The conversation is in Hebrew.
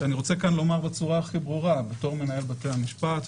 שאני רוצה כאן לומר בצורה הכי ברורה בתור מנהל בתי המשפט,